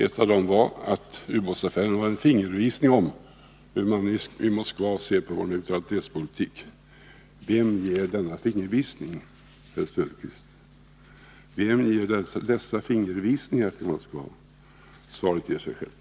Ett av dem var att ubåtsaffären var en fingervisning om hur man i Moskva ser på vår neutralitetspolitik. Vem ger dessa fingervisningar till Moskva, herr Söderqvist? Svaret ger sig självt.